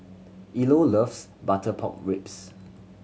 Ilo loves butter pork ribs